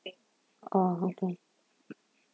oh okay